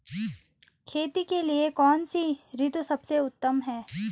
खेती के लिए कौन सी ऋतु सबसे उत्तम है?